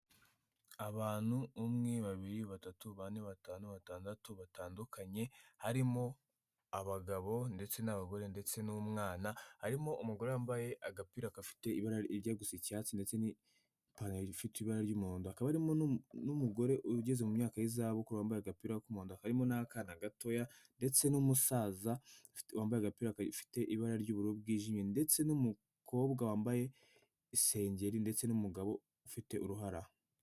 Abantu umwe babiri batatu bane batanu batandatu batandukanye harimo abagabo ndetse n'abagore ndetse n'umwana harimo umugore wambaye agapira kafite ibara rijyagusa icyatsi ndetse n'pantaro ifite ibara'umuhondo akaba n'umugore ugeze muyaka y'izabukuru wambaye agapira k'umundo harimo n'akana gatoya ndetse n'umusaza wambaye agapirafite ibara ry'uburu bwijimye ndetse n'umukobwa wambaye isengeri ndetse n'umugabo ufite uruhara.